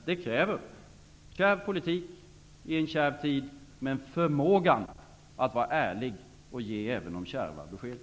Det kräver kärv politik i en kärv tid och också förmågan att vara ärlig och ge även de kärva beskeden.